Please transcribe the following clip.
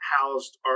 housed